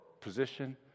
position